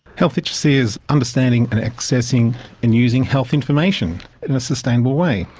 health literacy is understanding and accessing and using health information in a sustainable way.